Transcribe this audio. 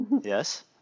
yes